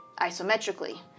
isometrically